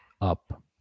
up